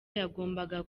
yagombaga